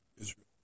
Israel